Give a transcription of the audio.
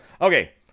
Okay